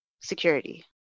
security